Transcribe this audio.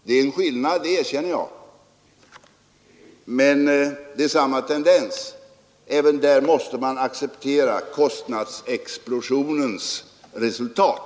Det är en skillnad, jag erkänner det, men det är samma tendens. Även i det fallet måste vi acceptera kostnadsexplosionens konsekvenser.